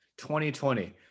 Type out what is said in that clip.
2020